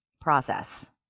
process